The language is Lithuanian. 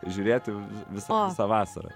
žiūrėt visą visą vasarą